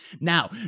now